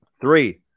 Three